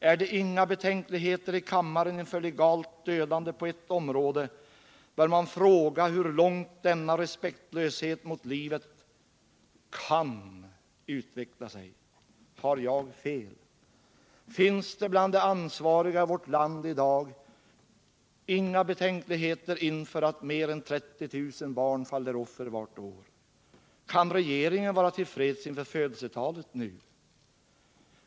Är det inga betänkligheter i kammaren inför legalt dödande på ett område, bör man fråga hur långt denna respektlöshet mot livet kan utveckla sig. Har jag fel? Finns det bland de ansvariga i vårt land i dag inga betänkligheter inför att mer än 30 000 barn faller offer för abortdöden varje år? Kan regeringen vara till freds inför födelsetalet nu?